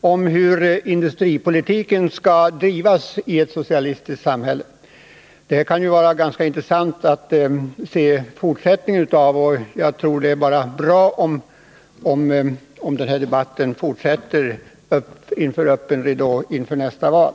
om hur industripolitiken skall drivas i ett socialistiskt samhälle. Det kunde vara ganska intressant att få lyssna till fortsättningen, och jag tror att det är bara bra om den här debatten fortsätter inför öppen ridå före nästa val.